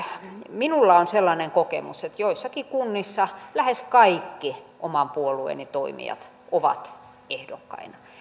minulla on sellainen kokemus että joissakin kunnissa lähes kaikki oman puolueeni toimijat ovat ehdokkaina